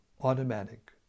automatic